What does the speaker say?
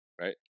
Right